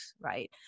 right